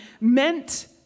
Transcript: meant